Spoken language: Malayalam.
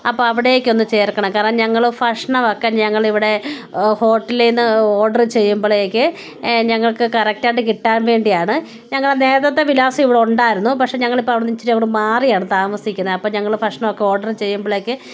അപ്പോൾ അവിടേക്ക് ഒന്ന് ചേർക്കണം കാരണം ഞങ്ങൾ ഭക്ഷണമൊക്കെ ഞങ്ങൾ ഇവിടെ ഹോട്ടലിൽ നിന്ന് ഓഡറ് ചെയ്യുമ്പോഴേക്ക് ഞങ്ങൾക്ക് കറക്ടായിട്ട് കിട്ടാൻ വേണ്ടിയാണ് ഞങ്ങളെ നേരത്തെ വിലാസം ഇവിടെ ഉണ്ടായിരുന്നു പക്ഷെ ഞങ്ങൾ ഇപ്പം അവിടെ നിന്ന് ഇച്ചിരി അങ്ങോട്ട് മാറിയാണ് താമസിക്കുന്നത് അപ്പോൾ ഞങ്ങൾ ഭക്ഷണമൊക്കെ ഓഡറ് ചെയ്യുമ്പോഴേക്ക്